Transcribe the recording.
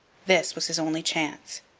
this was his only chance.